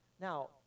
now